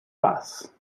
paz